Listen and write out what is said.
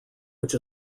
which